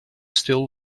still